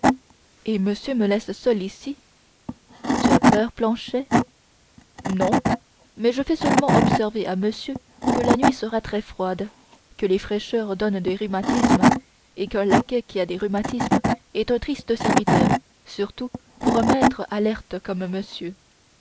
et monsieur me laisse seul ici tu as peur planchet non mais je fais seulement observer à monsieur que la nuit sera très froide que les fraîcheurs donnent des rhumatismes et qu'un laquais qui a des rhumatismes est un triste serviteur surtout pour un maître alerte comme monsieur